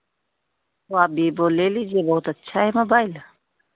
तो आप विवो ले लीजिए बहुत अच्छा है मोबाइल